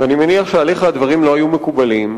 ואני מניח שעליך הדברים לא היו מקובלים,